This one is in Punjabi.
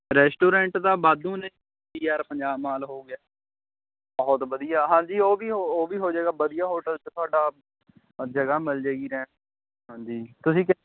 ਰੈਸਟੋਰੈਂਟ ਤਾਂ ਵਾਧੂ ਨੇ ਵੀ ਆਰ ਪੰਜਾਬ ਮਾਲ ਹੋ ਗਿਆ ਬਹੁਤ ਵਧੀਆ ਹਾਂਜੀ ਉਹ ਵੀ ਉਹ ਵੀ ਹੋ ਜਾਵੇਗਾ ਵਧੀਆ ਹੋਟਲ 'ਚ ਤੁਹਾਡਾ ਜਗ੍ਹਾ ਮਿਲ ਜਾਵੇਗੀ ਰਹਿਣ ਨੂੰ ਹਾਂਜੀ ਤੁਸੀਂ ਕਿ